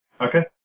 Okay